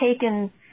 taken